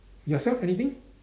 yourself anything